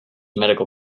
medical